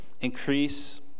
increase